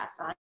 on